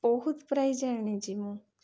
ବହୁତ ପ୍ରାଇଜ୍ ଆଣିଛି ମୁଁ